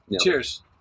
Cheers